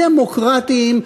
דמוקרטיים,